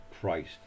Christ